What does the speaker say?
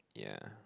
yeah